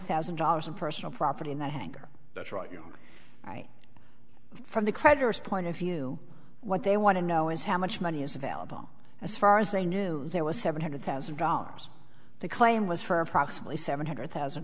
thousand dollars of personal property in that hangar that's right you know right from the creditors point if you what they want to know is how much money is available as far as they knew there was seven hundred thousand dollars the claim was for approximately seven hundred thousand